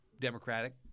Democratic